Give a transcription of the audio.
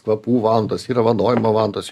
kvapų vantos yra vanojimo vantos